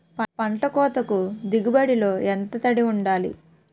పంట కోతకు దిగుబడి లో ఎంత తడి వుండాలి?